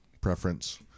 preference